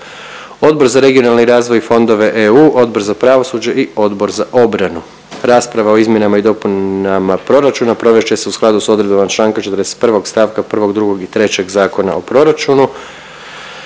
Odbor za regionalni razvoj i fondove EU, Odbor za pravosuđe i Odbor za obranu. Rasprava o izmjenama i dopunama proračuna provest će se u skladu s odredbama čl. 41. st. 1., 2. i 3. Zakona o proračunu,